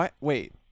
Wait